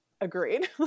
Agreed